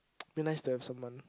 very nice to have someone